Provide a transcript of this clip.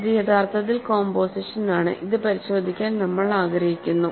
ഇത് യഥാർത്ഥത്തിൽ കോമ്പോസിഷൻ ആണ് ഇത് പരിശോധിക്കാൻ നമ്മൾ ആഗ്രഹിക്കുന്നു